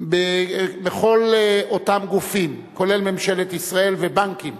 בכל אותם גופים, כולל ממשלת ישראל ובנקים,